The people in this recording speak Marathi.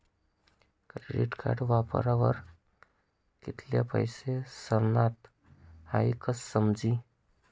क्रेडिट कार्ड वापरावर कित्ला पैसा सरनात हाई कशं समजी